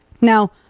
Now